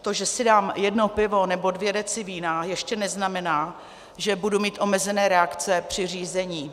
To, že si dám jedno pivo nebo dvě deci vína, ještě neznamená, že budu mít omezené reakce při řízení.